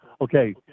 okay